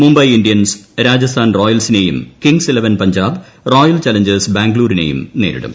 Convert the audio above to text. Mumbai Indians Rajasthan റോയൽസിനെയും Kings Eleven Punjab Royal Challengers ബാംഗ്ലൂരിനെയും നേരിടും